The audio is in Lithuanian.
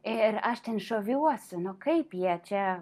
ir aš ten žaviuosi nu kaip jie čia